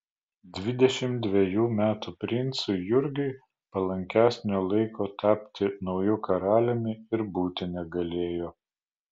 dvidešimt dvejų metų princui jurgiui palankesnio laiko tapti nauju karaliumi ir būti negalėjo